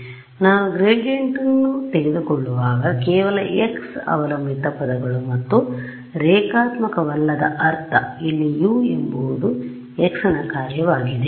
ಆದ್ದರಿಂದ ನಾನು ಗ್ರೇಡಿಯಂಟ್ ತೆಗೆದುಕೊಳ್ಳುವಾಗ ಕೇವಲ x ಅವಲಂಬಿತ ಪದಗಳು ಮತ್ತು ರೇಖಾತ್ಮಕವಲ್ಲದ ಅರ್ಥ ಇಲ್ಲಿ U ಎಂಬುದು x ನ ಕಾರ್ಯವಾಗಿದೆ